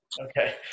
Okay